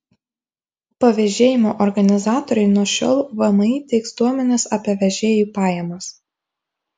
pavėžėjimo organizatoriai nuo šiol vmi teiks duomenis apie vežėjų pajamas